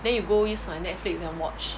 then you go use my netflix and watch